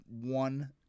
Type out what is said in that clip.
one